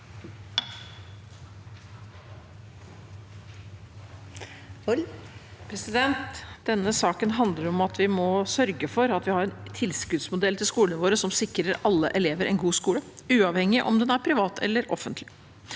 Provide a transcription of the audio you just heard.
Denne saken handler om at vi må sørge for at vi har en tilskuddsmodell til skolene våre som sikrer alle elever en god skole, uavhengig av om den er privat eller offentlig.